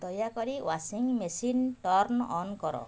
ଦୟାକରି washing machine turn on କର